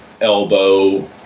Elbow